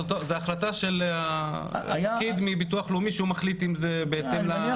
זו החלטה של הפקיד מביטוח לאומי שהוא מחליט אם זה בהתאם --- אני מניח